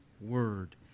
word